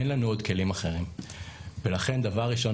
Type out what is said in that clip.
אין לנו עוד כלים אחרים ולכן דבר ראשון